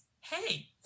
Hey